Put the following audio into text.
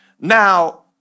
Now